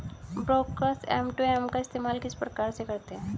Brokers एम.टू.एम का इस्तेमाल किस प्रकार से करते हैं?